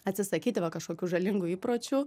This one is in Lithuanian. atsisakyti va kažkokių žalingų įpročių